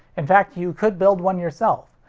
in fact, you could build one yourself.